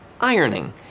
ironing